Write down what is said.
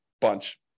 bunch